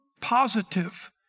positive